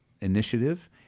initiative